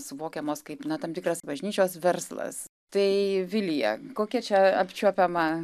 suvokiamos kaip tam tikras bažnyčios verslas tai vilija kokia čia apčiuopiama